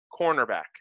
cornerback